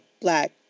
black